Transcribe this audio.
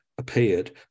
appeared